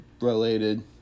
related